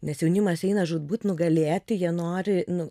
nes jaunimas eina žūtbūt nugalėti jie nori nu